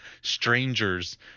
strangers